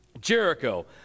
Jericho